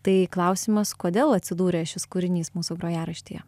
tai klausimas kodėl atsidūrė šis kūrinys mūsų grojaraštyje